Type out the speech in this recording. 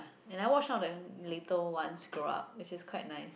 and I watched all the little ones grow up which was quite nice